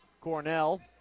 Cornell